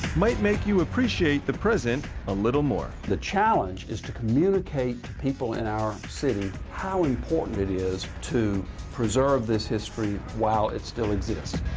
might make you appreciate the present a little more. the challenge is to communicate to people in our city how important it is to preserve this history while it still exists.